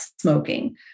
smoking